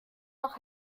noch